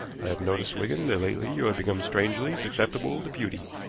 i have noticed, wigan, that lately you have become strangely susceptible to beauty.